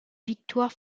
victoires